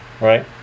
right